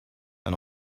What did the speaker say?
and